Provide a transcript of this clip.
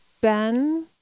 Ben